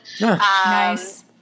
Nice